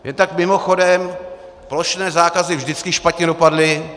Jen tak mimochodem, plošné zákazy vždycky špatně dopadly.